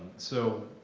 so,